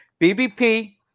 BBP